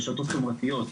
רשתות חברתיות.